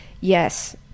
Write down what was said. Yes